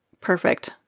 perfect